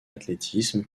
athlétisme